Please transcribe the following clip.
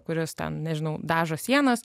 kuris ten nežinau dažo sienas